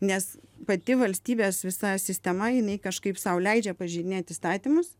nes pati valstybės visa sistema jinai kažkaip sau leidžia pažeidinėt įstatymus